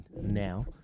now